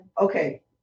okay